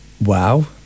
Wow